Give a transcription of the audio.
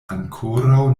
ankoraŭ